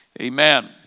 Amen